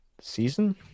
season